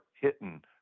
hitting